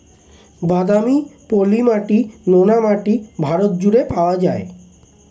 বাদামি, পলি মাটি, নোনা মাটি ভারত জুড়ে পাওয়া যায়